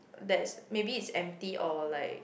that's maybe is empty or like